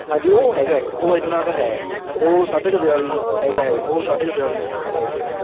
ਹਾਂਜੀ ਉਹ ਹੈਗਾ ਉਹ ਇੰਨਾ ਕੁ ਹੈ ਉਹ ਸਾਢੇ ਕੁ ਬਿਆਲੀ ਹੈਗਾ ਉਹ ਸਾਢੇ ਕੁ ਬਿਆਲੀ ਸੌ ਰੁਪਏ ਹੈਗਾ